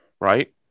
right